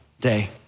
day